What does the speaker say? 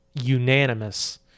unanimous